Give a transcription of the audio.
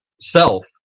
self